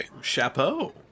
Chapeau